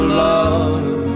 love